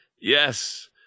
yes